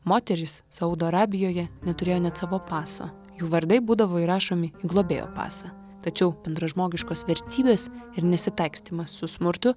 moterys saudo arabijoje neturėjo net savo paso jų vardai būdavo įrašomi globėjo pasą tačiau bendražmogiškos vertybės ir nesitaikstymas su smurtu